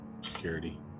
security